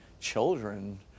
children